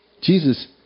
Jesus